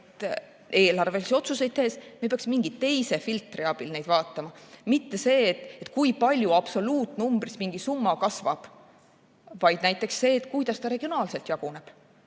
eelarvelisi otsuseid tehes me peaksime mingi teise filtri abil neid vaatama. Mitte seda, kui palju absoluutnumbris mingi summa kasvab, vaid näiteks seda, kuidas ta regionaalselt jaguneb,